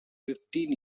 fifteen